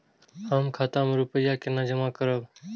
हम खाता में रूपया केना जमा करबे?